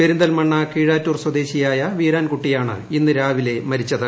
പെരിന്തൽമണ്ണ കീഴാറ്റൂർ സ്വദേശിയായ വീരാൻകുട്ടിയാണ് ഇന്ന് രാവിലെ മരിച്ചത്